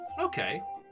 Okay